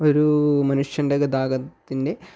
ഒരു മനുഷ്യൻ്റെ ഗതാഗതത്തിൻ്റെ